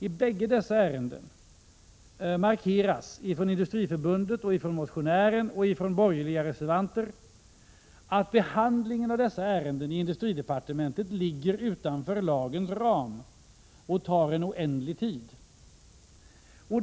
I bägge dessa ärenden markeras från Industriförbundet, motionären och borgerliga reservanter att behandlingen av dessa ärenden i industridepartementet ligger utanför lagens ram och tar en oändlig tid.